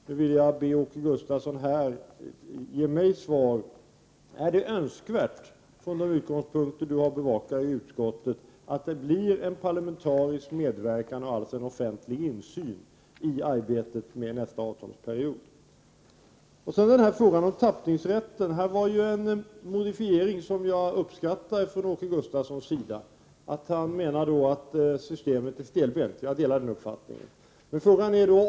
Jag vill därför be Åke Gustavsson ge mig svar på frågan: Är det önskvärt från de utgångspunkter som Åke Gustavsson har att bevaka i utskottet att det blir en parlamentarisk medverkan och alltså en offentlig insyn i arbetet för nästa avtalsperiod? Så till frågan om tappningsrätten. Åke Gustavsson gjorde en modifiering som jag uppskattar. Han sade att han menar att systemet är stelbent. Jag delar den uppfattningen.